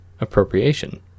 appropriation